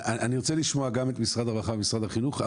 אני רוצה לשמוע גם את משרד הרווחה ומשרד החינוך,